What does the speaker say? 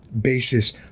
basis